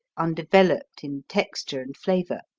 undeveloped in texture and flavor.